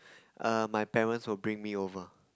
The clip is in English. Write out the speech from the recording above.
err my parents will bring me over